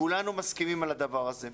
כולנו מסכימים על הדבר הזה.